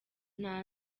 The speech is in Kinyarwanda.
nta